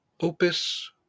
Opus